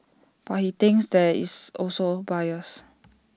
but he thinks there is also bias